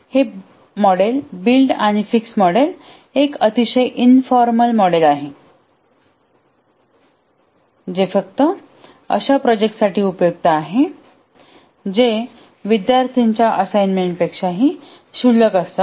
तर हे model build आणि फिक्स मॉडेल एक अतिशय इन्फॉर्मल मॉडेल आहे जे फक्त अशा प्रोजेक्टसाठी उपयुक्त आहे जे विद्यार्थ्यांच्या असाइनमेंटपेक्षा क्षुल्लक असतात